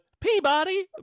Peabody